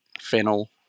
fennel